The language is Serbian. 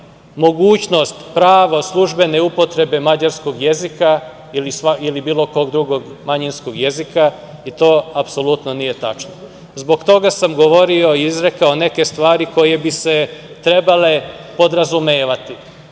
mogućnost prava službene upotrebe mađarskog jezika ili bilo kog drugog manjinskog jezika i to apsolutno nije tačno. Zbog toga sam govorio i izrekao neke stvari koje bi se trebale podrazumevati,